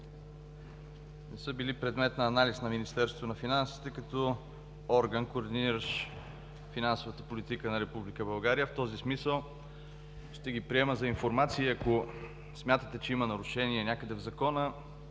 не са били предмет на анализ на Министерството на финансите като орган, координиращ финансовата политика на Република България. В този смисъл ще ги приема за информация. Ако смятате, че има нарушение някъде в Закона,